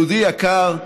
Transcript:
יהודי יקר,